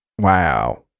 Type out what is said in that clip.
Wow